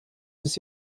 des